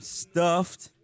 stuffed